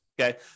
okay